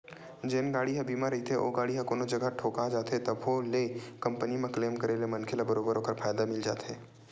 जेन गाड़ी ह बीमा रहिथे ओ गाड़ी ह कोनो जगा ठोका जाथे तभो ले कंपनी म क्लेम करे ले मनखे ल बरोबर ओखर फायदा मिल जाथे